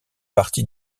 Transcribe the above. parti